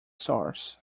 stars